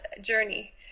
journey